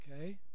Okay